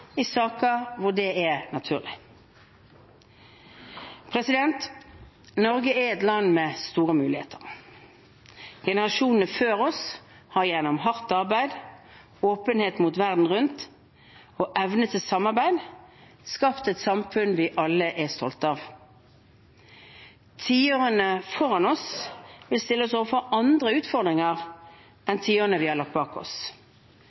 i saker hvor det er naturlig. Norge er et land med store muligheter. Generasjonene før oss har gjennom hardt arbeid, åpenhet mot verden rundt og evne til samarbeid skapt et samfunn vi alle er stolte av. Tiårene foran oss vil stille oss overfor andre utfordringer enn tiårene vi har lagt bak oss.